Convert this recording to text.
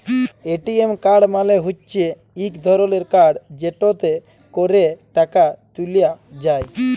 ATM card মালে হচ্যে ইক ধরলের কাড় যেটতে ক্যরে টাকা ত্যুলা যায়